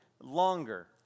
longer